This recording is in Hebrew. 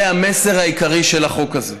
זה המסר העיקרי של החוק הזה.